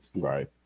Right